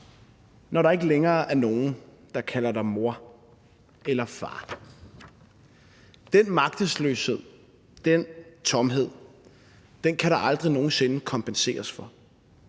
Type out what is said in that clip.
når der ikke længere er nogen, der kalder dig mor eller far. Den magtesløshed og den tomhed kan der aldrig nogen sinde kompenseres for.